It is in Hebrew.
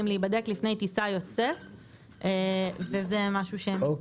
להיבדק לפני טיסה יוצאת וזה משהו שמתבטל.